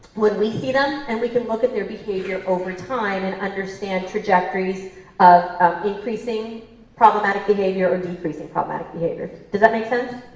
when we see them, and we can look at their behavior over time, and understand trajectories of of increasing problematic behavior or decreasing problematic behavior. does that make sense?